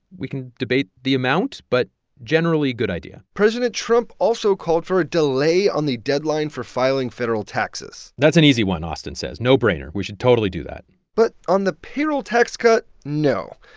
we can debate the amount, but generally good idea president trump also called for a delay on the deadline for filing federal taxes that's an easy one, austan says no-brainer. we should totally do that but on the payroll tax cut, no.